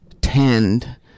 tend